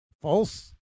false